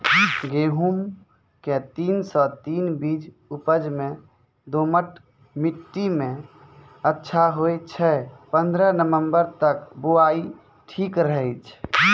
गेहूँम के तीन सौ तीन बीज उपज मे दोमट मिट्टी मे अच्छा होय छै, पन्द्रह नवंबर तक बुआई ठीक रहै छै